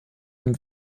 dem